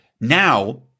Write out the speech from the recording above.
now